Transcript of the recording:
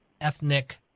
ethnic